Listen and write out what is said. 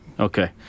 Okay